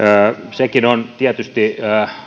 sekin on tietysti